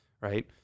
right